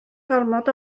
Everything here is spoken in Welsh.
gormod